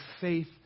faith